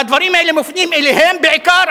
והדברים האלה מופנים אליהם בעיקר,